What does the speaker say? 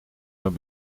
mijn